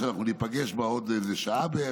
ואנחנו ניפגש בה עוד בערך שעה,